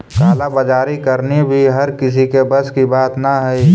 काला बाजारी करनी भी हर किसी के बस की बात न हई